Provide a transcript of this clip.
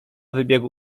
wybiegł